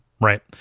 Right